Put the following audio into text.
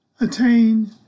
attain